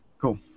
Cool